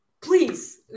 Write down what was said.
please